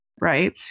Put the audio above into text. right